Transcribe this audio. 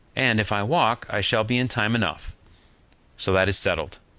and if i walk i shall be in time enough so that is settled.